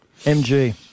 MG